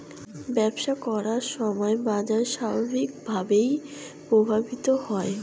ব্যবসা করার সময় বাজার স্বাভাবিকভাবেই প্রভাবিত হয়